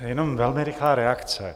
Jenom velmi rychlá reakce.